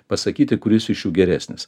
pasakyti kuris iš jų geresnis